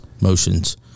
Motions